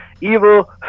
evil